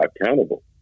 accountable